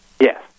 Yes